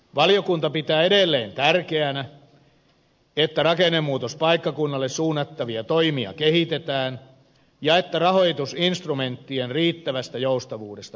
valiokunta pitää edelleen tärkeänä että rakennemuutospaikkakunnille suunnattavia toimia kehitetään ja että rahoitusinstrumenttien riittävästä joustavuudesta huolehditaan